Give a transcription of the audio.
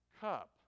cup